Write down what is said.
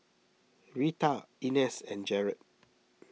Rita Ines and Jarett